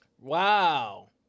Wow